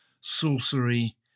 sorcery